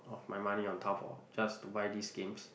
of my money on Taobao just to buy these games